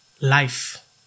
life